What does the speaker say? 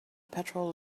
petrol